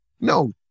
No